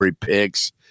picks